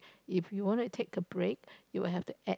if you want to take a break you will have to add